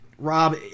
Rob